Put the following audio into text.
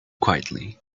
quietly